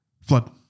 Flood